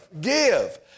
give